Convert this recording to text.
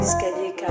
escalier